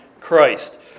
Christ